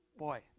Boy